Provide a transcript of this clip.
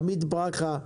עמית ברכה,